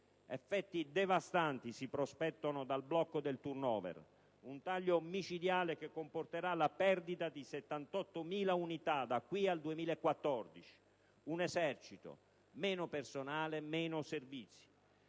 Effetti devastanti si prospettano dal blocco del *turnover*. Un taglio micidiale, che comporterà la perdita di 78.000 unità da qui al 2014. Un esercito. Meno personale, meno servizi.